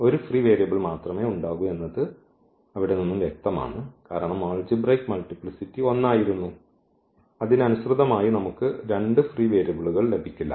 ഒരു free variable മാത്രമേ ഉണ്ടാകൂ എന്നത് അവിടെ നിന്നും വ്യക്തമാണ് കാരണം ആൾജിബ്രയ്ക് മൾട്ടിപ്ലിസിറ്റി ഒന്നായിരുന്നു അതിനനുസൃതമായി നമുക്ക് രണ്ട് ഫ്രീ വേരിയബിളുകൾ ലഭിക്കില്ല